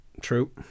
True